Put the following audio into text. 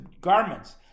garments